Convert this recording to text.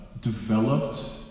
developed